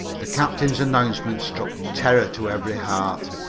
the captain's announcement struck terror to every heart.